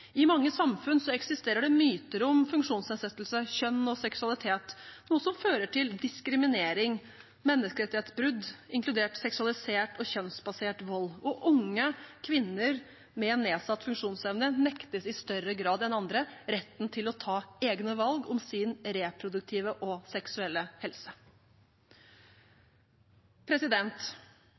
I mange samfunn eksisterer det myter om funksjonsnedsettelse, kjønn og seksualitet, noe som fører til diskriminering, menneskerettighetsbrudd, inkludert seksualisert og kjønnsbasert vold, og unge kvinner med nedsatt funksjonsevne nektes i større grad enn andre retten til å ta egne valg om sin reproduktive og seksuelle helse.